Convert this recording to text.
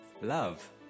Love